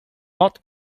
not